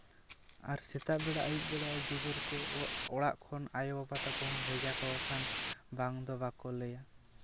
ᱟᱨ ᱥᱮᱛᱟᱜ ᱟᱹᱭᱩᱵ ᱵᱮᱲᱟ ᱜᱤᱫᱟᱹᱨ ᱠᱚ ᱚᱲᱟᱜ ᱠᱷᱚᱱ ᱟᱭᱳᱼᱵᱟᱵᱟ ᱛᱟᱠᱚ ᱦᱚᱸ ᱵᱷᱮᱡᱟ ᱠᱟᱠᱚ ᱠᱷᱟᱱ ᱵᱟᱝ ᱫᱚ ᱵᱟᱠᱚ ᱞᱟᱹᱭᱟ